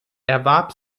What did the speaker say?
erwarb